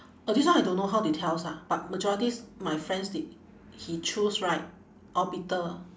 oh this one I don't know how they tells lah but majorities my friends they he choose right all bitter